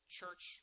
church